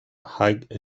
high